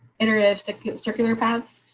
interesting circular paths.